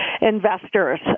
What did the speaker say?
investors